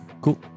Cool